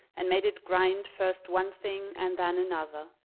and made it grind first one thing and then another.